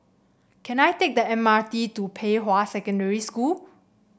can I take the M R T to Pei Hwa Secondary School